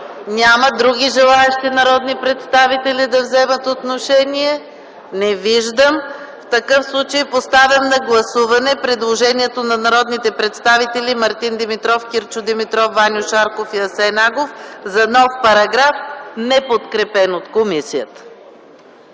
Няма. Има ли други народни представители, желаещи да вземат отношение? Не виждам. Поставям на гласуване предложението на народните представители Мартин Димитров, Кирчо Димитров, Ваньо Шарков и Асен Агов за нов параграф, неподкрепен от комисията.